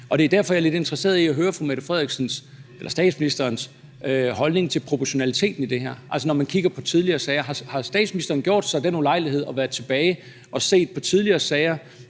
Og det er derfor, at jeg er lidt interesseret i at høre fru Mette Frederiksens – eller statsministerens – holdning til proportionaliteten i det her, altså i forhold til når man kigger på tidligere sager. Har statsministeren gjort sig den ulejlighed at have været tilbage og set på tidligere sager,